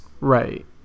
right